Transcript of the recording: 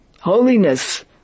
holiness